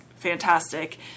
fantastic